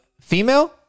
female